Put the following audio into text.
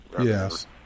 Yes